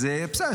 אז בסדר.